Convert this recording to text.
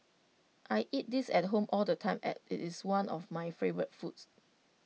I eat this at home all the time as IT is one of my favourite foods